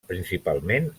principalment